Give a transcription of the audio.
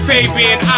Fabian